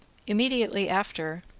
immediately after,